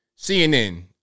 CNN